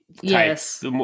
Yes